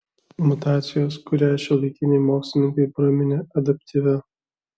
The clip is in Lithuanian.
mutacijos kurią šiuolaikiniai mokslininkai praminė adaptyvia